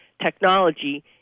technology